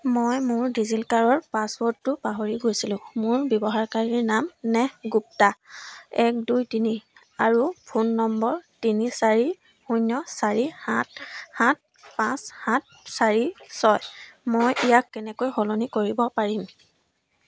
মই মোৰ ডিজি লকাৰৰ পাছৱৰ্ডটো পাহৰি গৈছিলোঁ মোৰ ব্যৱহাৰকাৰীৰ নাম নেহ গুপ্তা এক দুই তিনি আৰু ফোন নম্বৰ তিনি চাৰি শূন্য চাৰি সাত সাত পাঁচ সাত চাৰি ছয় মই ইয়াক কেনেকৈ সলনি কৰিব পাৰিম